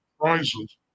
prizes